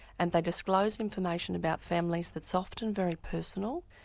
and they disclose information about families that's often very personal.